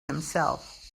himself